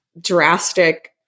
drastic